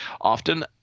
Often